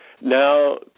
Now